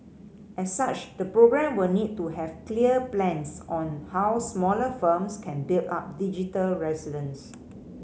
as such the programme will need to have clear plans on how smaller firms can build up digital resilience